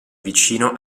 vicino